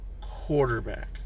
quarterback